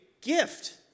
gift